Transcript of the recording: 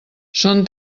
són